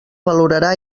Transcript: valorarà